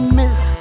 miss